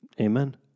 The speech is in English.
amen